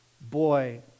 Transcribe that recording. boy